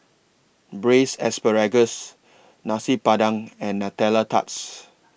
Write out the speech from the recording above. Braised Asparagus Nasi Padang and Nutella Tarts